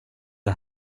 det